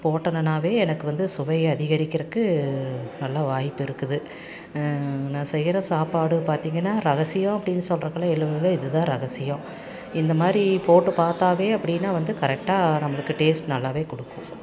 போட்டங்கன்னாவே எனக்கு வந்து சுவையை அதிகரிக்கிறதுக்கு நல்ல வாய்ப்பு இருக்குது நான் செய்கிற சாப்பாடு பார்த்திங்கன்னா ரகசியம் அப்படின்னு சொல்கிறக்கெல்லாம் எதுவும் இல்லை இதுதான் ரகசியம் இந்தமாதிரி போட்டு பார்த்தாவே அப்படின்னா வந்து கரெக்டா நம்மளுக்கு டேஸ்ட் நல்லாவே கொடுக்கும்